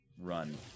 Run